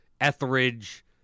Etheridge